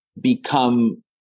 become